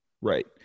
Right